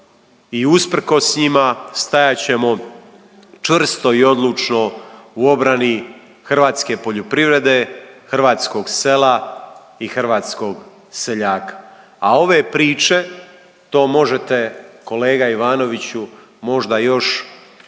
usprkos njima stajat ćemo čvrsto i odlučno u obrani hrvatske poljoprivrede, hrvatskog sela i hrvatskog seljaka. A ove priče to možete kolega Ivanoviću možda još ispred